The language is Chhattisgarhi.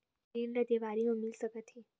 ऋण ला देवारी मा मिल सकत हे